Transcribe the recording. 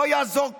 לא יעזור כלום.